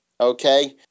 okay